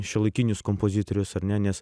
šiuolaikinius kompozitorius ar ne nes